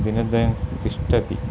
दिनद्वयं तिष्ठति